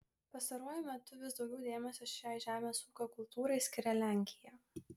pastaruoju metu vis daugiau dėmesio šiai žemės ūkio kultūrai skiria lenkija